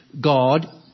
God